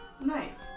Nice